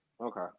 Okay